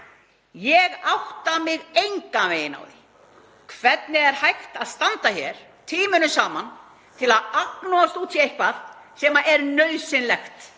Ég átta mig engan veginn á því hvernig er hægt að standa hér tímunum saman til að agnúast út í eitthvað sem er nauðsynlegt